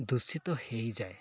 ଦୂଷିତ ହୋଇଯାଏ